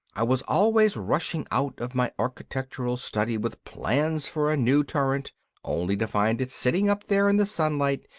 i was always rushing out of my architectural study with plans for a new turret only to find it sitting up there in the sunlight,